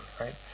right